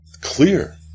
clear